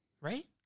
Right